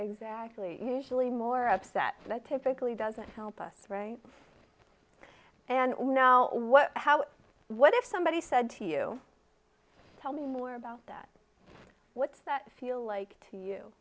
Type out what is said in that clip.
exactly usually more upset that typically doesn't help us right and we know what how what if somebody said to you tell me more about that what's that feel like to you